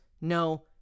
no